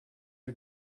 are